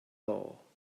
all